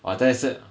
我在